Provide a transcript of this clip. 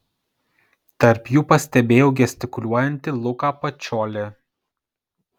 tarp jų pastebėjau gestikuliuojantį luką pačiolį